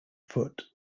foot